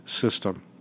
system